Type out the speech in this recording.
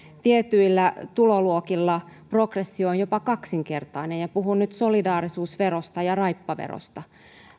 tietyillä tuloluokilla progressio on jopa kaksinkertainen ja puhun nyt solidaarisuusverosta ja raippaverosta